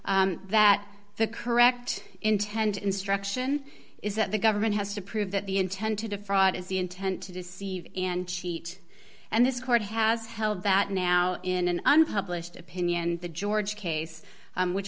remand that the correct intend instruction is that the government has to prove that the intent to defraud is the intent to deceive and cheat and this court has held that now in an unpublished opinion the george case which